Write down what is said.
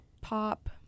pop